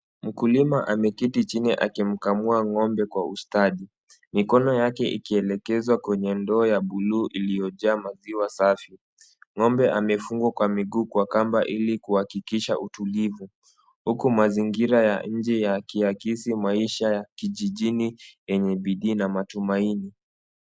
Mkulima amekiti chini akimkamua ng'ombe kwa ustadi. Mikono yake ikielekezwa kwenye ndoo ya buluu iliyojaa maziwa safi. Ng'ombe amefungwa kwa miguu kwa kamba ili kuhakikisha utulivu. Huku mazingira ya nje yakiakisi maisha ya kijijini yenye bidii na matumaini.